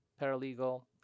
paralegal